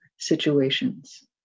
situations